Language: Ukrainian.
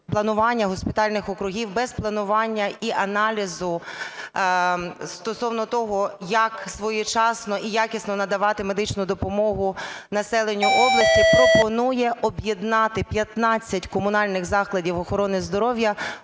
планування госпітальних округів, без планування і аналізу стосовно того, як своєчасно і якісно надавати медичну допомогу населенню області, пропонує об'єднати 15 комунальних закладів охорони здоров'я